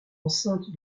enceinte